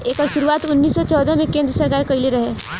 एकर शुरुआत उन्नीस सौ चौदह मे केन्द्र सरकार कइले रहे